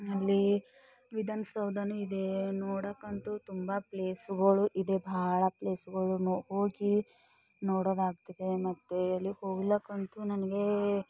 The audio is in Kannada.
ಅಲ್ಲಿ ವಿಧಾನಸೌಧವೂ ಇದೆ ನೋಡೋಕಂತೂ ತುಂಬ ಪ್ಲೇಸುಗಳು ಇದೆ ಬಹಳ ಪ್ಲೇಸುಗಳುನು ಹೋಗಿ ನೋಡೋದಾಗ್ತದೆ ಮತ್ತೆ ಅಲ್ಲಿಗೆ ಹೋಗಲಿಕ್ಕಂತೂ ನನಗೆ